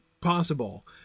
possible